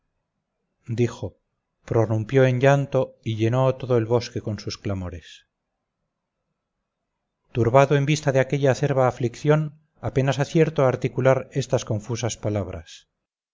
dijo prorrumpió en llanto y llenó todo el bosque con sus clamores turbado en vista de aquella acerba aflicción apenas acierto a articular estas confusas palabras